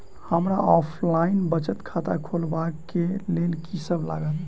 हमरा ऑफलाइन बचत खाता खोलाबै केँ लेल की सब लागत?